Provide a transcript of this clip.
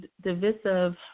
divisive